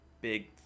big